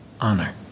honor